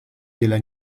della